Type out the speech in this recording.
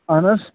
اہن حظ